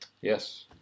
Yes